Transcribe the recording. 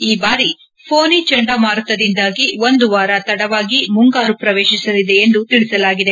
ಈ ಬಾರಿ ಫೋನಿ ಚಂಡಮಾರುತದಿಂದಾಗಿ ಒಂದು ವಾರ ತಡವಾಗಿ ಮುಂಗಾರು ಪ್ರವೇಶಿಸಲಿದೆ ಎಂದು ತಿಳಿಸಲಾಗಿದೆ